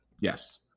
Yes